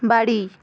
বাড়ি